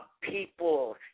people